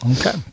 okay